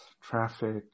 traffic